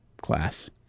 class